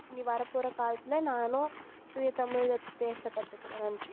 இனி வரப்போகிற காலத்தில் நானும் தூய தமிழில் பேச கற்றுக்குறேன் நன்றி